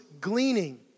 gleaning